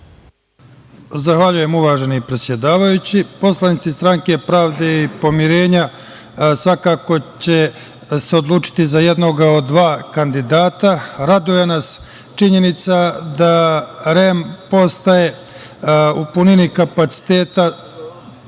Zahvaljujem, uvaženi predsedavajući. Poslanici Stranke pravde i pomirenja svakako će se odlučiti za jednog od dva kandidata. Raduje nas činjenica da REM postaje sposoban da